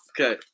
Okay